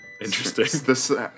interesting